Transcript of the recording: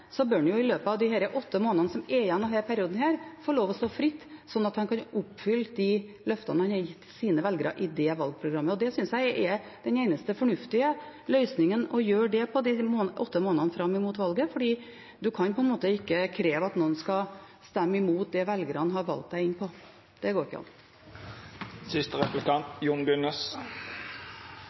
bør han i løpet av disse åtte månedene som er igjen av denne perioden, få lov til å stå fritt, sånn at han kan oppfylle de løftene han har gitt sine velgere i det valgprogrammet. Det synes jeg er den eneste fornuftige måten å gjøre det på i de åtte månedene fram mot valget, for en kan på en måte ikke kreve at noen skal stemme imot det velgerne har valgt en inn på. Det går ikke an.